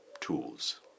tools